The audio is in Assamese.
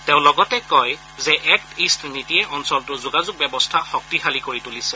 তেওঁ লগতে কয় যে এক্ট ইষ্ট নীতিয়ে অঞ্চলটোৰ যোগাযোগ ব্যৱস্থা শক্তিশালী কৰি তুলিছে